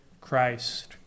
Christ